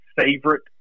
favorite